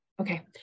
Okay